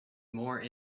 more